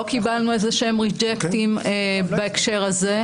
לא קיבלנו איזה שהם ריג'קטים בהקשר הזה.